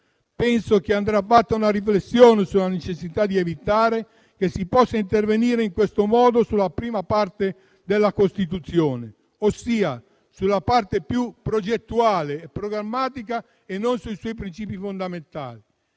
Penso che andrà fatta una riflessione sulla necessità di evitare che si possa intervenire in questo modo sulla prima parte della Costituzione, ossia su quella più progettuale e programmatica e non sui suoi principi fondamentali.